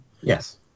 Yes